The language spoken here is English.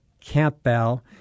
campbell